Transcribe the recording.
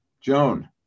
Joan